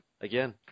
Again